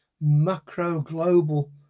macro-global